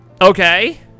Okay